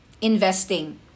investing